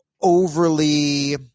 overly